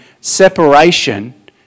separation